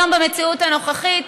היום, במציאות הנוכחית,